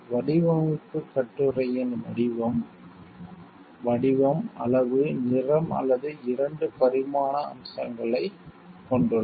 வடிவமைப்பு கட்டுரையின் வடிவம் வடிவம் அளவு நிறம் அல்லது 2 பரிமாண அம்சங்களைக் கொண்டுள்ளது